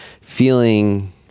feeling